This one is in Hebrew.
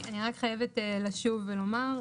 אני רק חייבת לשוב ולומר,